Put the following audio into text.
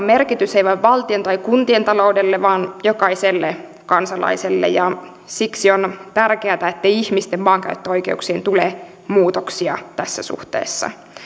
merkitys ei vain valtion tai kuntien taloudelle vaan jokaiselle kansalaiselle ja siksi on tärkeätä ettei ihmisten maankäyttöoikeuksiin tule muutoksia tässä suhteessa